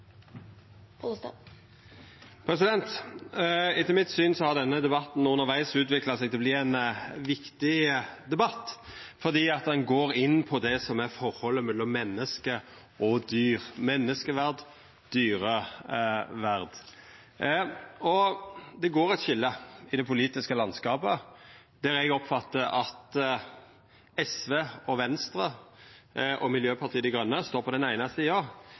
sjøl. Etter mitt syn har denne debatten undervegs utvikla seg til å verta ein viktig debatt fordi han går inn på forholdet mellom menneske og dyr – menneskeverd og dyreverd. Det går eit skilje i det politiske landskapet, der eg oppfattar at SV, Venstre og Miljøpartiet Dei Grøne står på den eine sida,